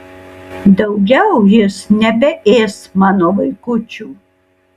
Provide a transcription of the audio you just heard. daugiau jis nebeės mano vaikučių